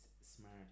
Smart